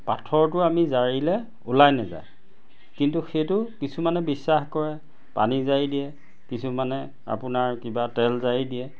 পাথৰটো আমি জাৰিলে ওলাই নেযায় কিন্তু সেইটো কিছুমানে বিশ্বাস কৰে পানী জাৰি দিয়ে কিছুমানে আপোনাৰ কিবা তেল জাৰি দিয়ে